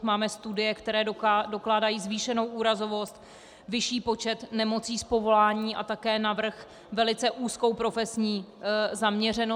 Máme studie, které dokládají zvýšenou úrazovost, vyšší počet nemocí z povolání a také navrch velice úzkou profesní zaměřenost.